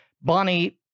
Bonnie